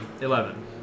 Eleven